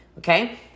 Okay